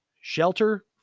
shelter